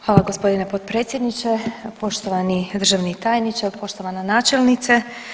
Hvala g. potpredsjedniče, poštovani državni tajniče, poštovana načelnice.